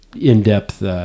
in-depth